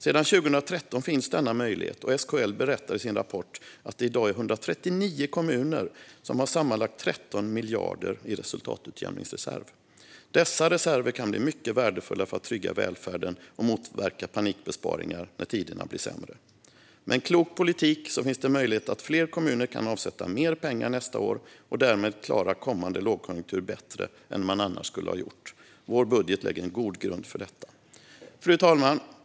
Sedan 2013 finns denna möjlighet, och SKL berättar i sin rapport att det i dag är 139 kommuner som har sammanlagt 13 miljarder i resultatutjämningsreserv. Dessa reserver kan bli mycket värdefulla för att trygga välfärden och motverka panikbesparingar när tiderna blir sämre. Med en klok politik finns det möjlighet att fler kommuner kan avsätta mer pengar nästa år och därmed klara kommande lågkonjunktur bättre än man annars skulle ha gjort. Vår budget lägger en god grund för detta. Fru talman!